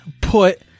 put